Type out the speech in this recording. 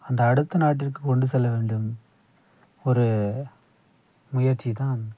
அந்த அடுத்த நாட்டிற்கு கொண்டு செல்ல வேண்டும் ஒரு முயற்சி தான்